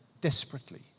desperately